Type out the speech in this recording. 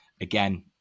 again